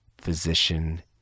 physician